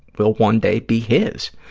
will one day be his,